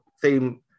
theme